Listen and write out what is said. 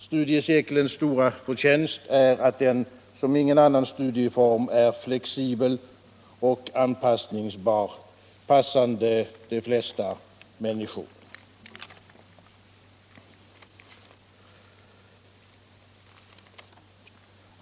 Studiecirkelns stora förtjänst är att den som ingen annan studieform är flexibel och anpassningsbar, passande de flesta människor.